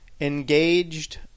engaged